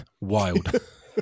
wild